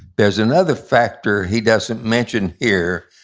there's another factor he doesn't mention here,